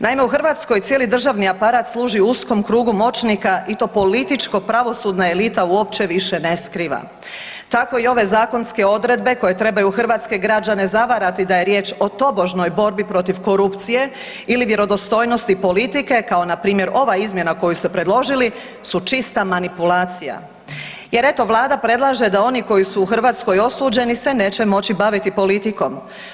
Naime u Hrvatskoj cijeli državni aparat služi uskom krugu moćnika i to političko pravosudna elita uopće više ne skriva, tako i ove zakonske odredbe koje trebaju hrvatske građane zavarati da je riječ o tobožnjoj borbi protiv korupcije ili vjerodostojnosti politike kao npr. ova izmjena koju ste predložili su čista manipulacija jer eto Vlada predlaže da oni koji su u Hrvatskoj osuđeni se neće moći baviti politikom.